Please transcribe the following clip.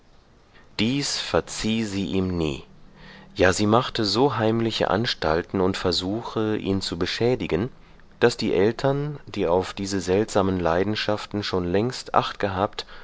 dies verzieh sie ihm nie ja sie machte so heimliche anstalten und versuche ihn zu beschädigen daß die eltern die auf diese seltsamen leidenschaften schon längst achtgehabt